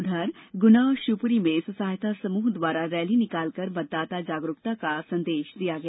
उधर गुना और शिवपुरी में स्वयं सहायता समूह द्वारा रैली निकालकर मतदाता जागरूकता का संदेश दिया गया